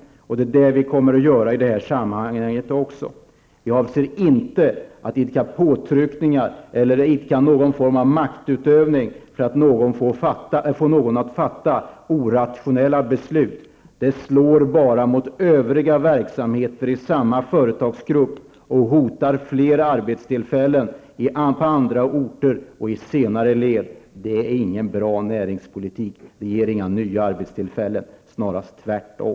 Det kommer vi att göra också i de här sammanhangen. Jag avser inte att utöva påtryckningar eller bedriva någon form av maktutövning för att få någon att fatta orationella beslut. Det slår bara mot övriga verksamheter i samma företagsgrupp och hotar flera arbetstillfällen på andra orter och i senare led. Det är ingen bra näringspolitik, det ger inga nya arbetstillfällen -- snarare tvärtom.